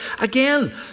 again